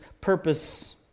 purpose